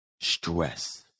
stress